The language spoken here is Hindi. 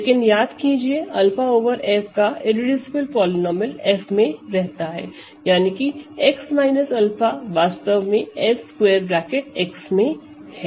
लेकिन याद कीजिए 𝛂 ओवर F का इररेडूसिबल पॉलीनोमिअल F में रहता है यानी कि x 𝛂 वास्तव में Fx में है